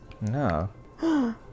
No